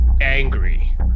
angry